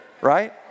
Right